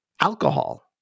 alcohol